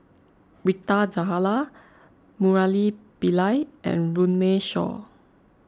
Rita Zahara Murali Pillai and Runme Shaw